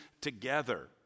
together